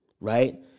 right